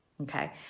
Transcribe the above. okay